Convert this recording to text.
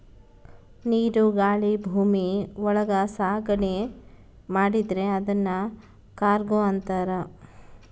ನೀರು ಗಾಳಿ ಭೂಮಿ ಒಳಗ ಸಾಗಣೆ ಮಾಡಿದ್ರೆ ಅದುನ್ ಕಾರ್ಗೋ ಅಂತಾರ